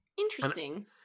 Interesting